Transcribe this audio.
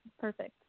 Perfect